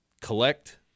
collect